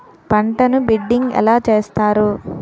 పంటను బిడ్డింగ్ ఎలా చేస్తారు?